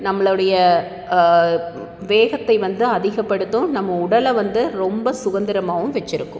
நம்மளுடைய வேகத்தை வந்து அதிகப்படுத்தும் நம்ம உடலை வந்து ரொம்ப சுதந்திரமாவும் வச்சுருக்கும்